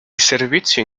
servizio